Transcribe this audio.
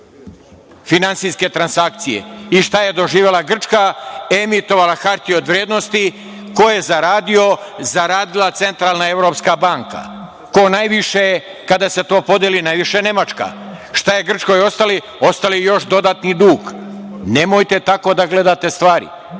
finansijske transakcije. I šta je doživela Grčka? Emitovala je hartije od vrednosti. Ko je zaradio? Zaradila je Centralna evropska banka. Ko najviše kada se to podeli? Najviše Nemačka. Šta je Grčkoj ostalo? Ostao je dodatni dug. Nemojte tako da gledate stvari.